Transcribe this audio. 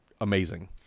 amazing